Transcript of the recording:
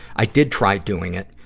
i did try doing it,